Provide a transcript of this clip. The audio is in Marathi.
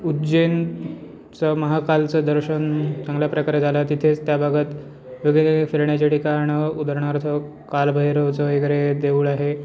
उज्जैनचं महाकालचं दर्शन चांगल्या प्रकारे झालं तिथेच त्या भागात वेगवेगळे फिरण्याचे ठिकाण उदाहरणार्थ कालभैरवाचं वगैरे देऊळ आहे